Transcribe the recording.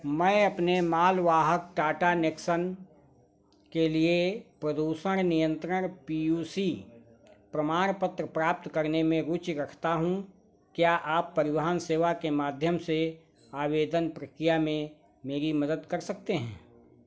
मैं अपने माल वाहक टाटा नेक्सन के लिए प्रदूषण नियंत्रण पी यू सी प्रमाणपत्र प्राप्त करने में रुचि रखता हूँ क्या आप परिवहन सेवा के माध्यम से आवेदन प्रक्रिया में मेरी मदद कर सकते हैं